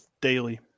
daily